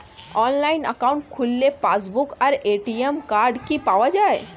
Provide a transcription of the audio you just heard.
Online account খুললে passbook আর ATM card কি পাওয়া যায়?